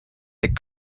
that